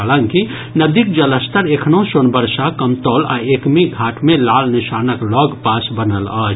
हालांकि नदीक जलस्तर एखनहुं सोनबरसा कमतौल आ एकमीघाट मे लाल निशानक लऽगपास बनल अछि